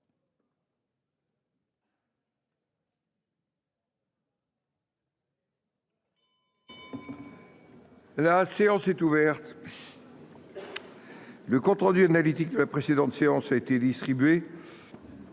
La séance est ouverte. Le compte rendu analytique de la précédente séance a été distribué.